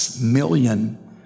million